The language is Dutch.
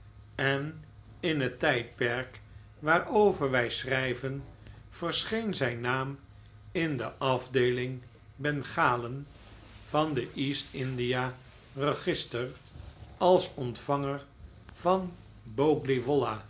en in het tijdperk waarover wij schrijven verscheen zijn naam in de afdeeling bengalen van de east india register als ontvanger van